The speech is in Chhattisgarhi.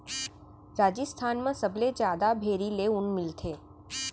राजिस्थान म सबले जादा भेड़ी ले ऊन मिलथे